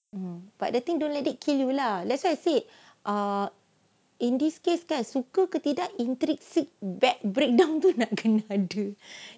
but the thing don't let it kill you lah that's why I said err in this case kan suka ke tidak instrinsic back breakdown tu kena ada